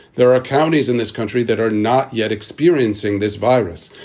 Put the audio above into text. there are counties in this country that are not yet experiencing this virus.